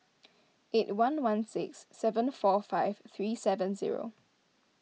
eight one one six seven four five three seven zero